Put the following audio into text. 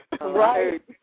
Right